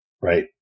Right